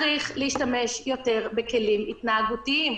צריך להשתמש יותר בכלים התנהגותיים.